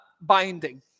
binding